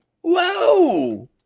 Whoa